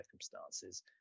circumstances